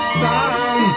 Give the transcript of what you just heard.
sun